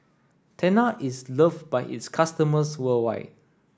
Tena is love by its customers worldwide